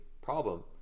problem